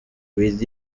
with